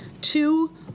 Two